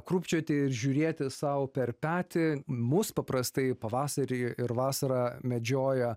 krūpčioti ir žiūrėti sau per petį mus paprastai pavasarį ir vasarą medžioja